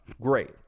Great